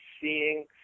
seeing